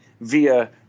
via –